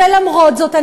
למרות זאת,